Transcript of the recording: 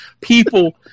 people